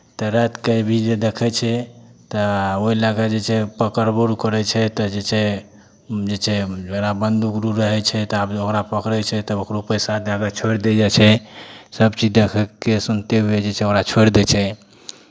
तऽ रातिकेँ भी जे देखै छै तऽ ओहि लऽ कऽ जे छै पकड़बो करै छै एतय जे छै जे छै जकरा बन्दूक उन्दूक रहै छै तऽ आब ओकरा पकड़ै छै तऽ ओकरो पैसा दऽ कऽ छोड़ि देल जाइ छै सभचीज देखि कऽ सुनिते हुए जे छै ओकरा छोड़ि दै छै